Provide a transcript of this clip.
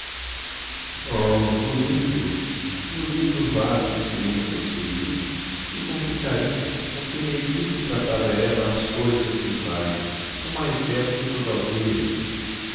o lindo o lindo vaso que celina possuía e com que carinho com que meiguice tratava ela as flores daquele vaso o mais belo de toda a aldeia